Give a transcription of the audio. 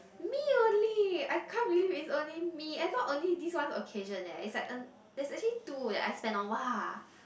me only I can't really is only me I'm not only this one occasion leh it's like ah it's actually two ah I spend on !wah!